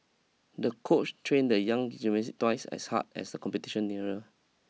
the coach trained the young gymnast twice as hard as the competition nearer